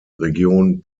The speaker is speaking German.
region